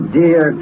dear